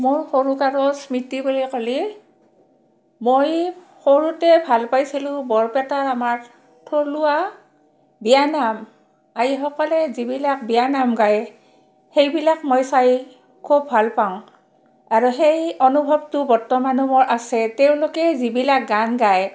মোৰ সৰু কালৰ স্মৃতি বুলি ক'লে মই সৰুতে ভাল পাইছিলোঁ বৰপেটাৰ আমাৰ থলুৱা বিয়ানাম আইসকলে যিবিলাক বিয়ানাম গায় সেইবিলাক মই চাই খুব ভাল পাওঁ আৰু সেই অনুভৱটো বৰ্তমানো মোৰ আছে তেওঁলোকেই যিবিলাক গান গায়